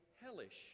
hellish